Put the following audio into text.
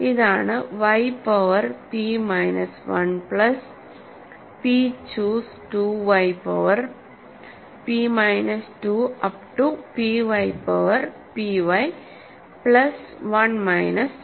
ഇതാണ് y power പി minus 1 plus p choose 2 y power p minus 2 up to p y power p y plus 1 minus 1